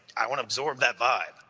i want to absorb that vibe.